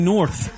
North